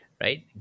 right